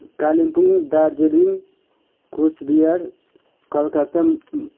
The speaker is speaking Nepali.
कालिम्पोङ दार्जिलिङ कुचबिहार कलकत्ता